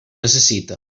necessita